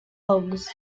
bugs